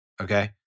Okay